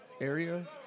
area